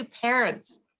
parents